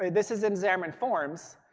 this isn't xamarin forms,